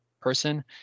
person